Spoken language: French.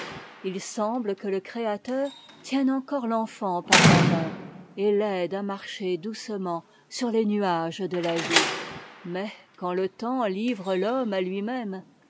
il semble que le créateur tienne encore l'enfant par la main et l'aide à marcher doucement sur les nuages de la vie mais quand le temps livre l'homme à lui-même